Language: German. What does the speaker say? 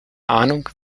ahnung